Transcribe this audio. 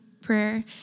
prayer